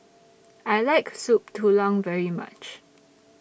I like Soup Tulang very much